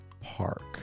park